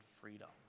freedom